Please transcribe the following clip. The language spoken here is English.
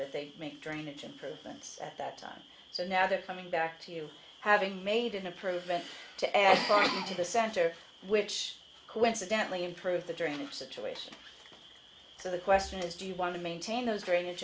that they make drainage improvements at that time so now they're coming back to you having made an improvement to far to the center which coincidentally improve the drainage situation so the question is do you want to maintain those drainage